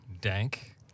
dank